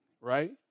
right